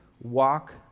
Walk